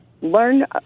learn